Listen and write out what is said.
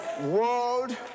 World